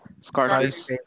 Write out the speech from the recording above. Scarface